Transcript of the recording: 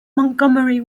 montgomery